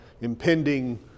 impending